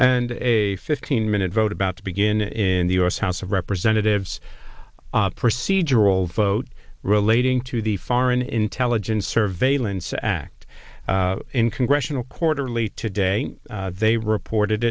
and a fifteen minute vote about to begin in the u s house of representatives procedural vote relating to the foreign intelligence surveillance act in congressional quarterly today they reported